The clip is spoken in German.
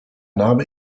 name